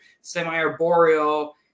semi-arboreal